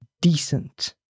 decent